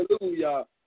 Hallelujah